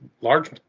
large